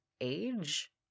age